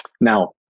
Now